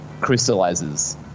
crystallizes